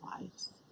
lives